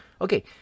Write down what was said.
okay